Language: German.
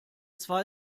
zwei